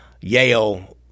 Yale